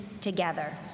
together